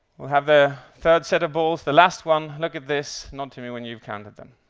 we'll have the third set of balls, the last one. look at this, nod to me when you've counted them.